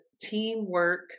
teamwork